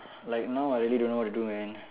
like now I really don't know what to do man